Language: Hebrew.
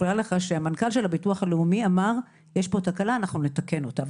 שהמנכ"ל של הביטוח הלאומי אמר שיש פה תקלה ושהם יתקנו אותה,